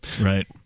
Right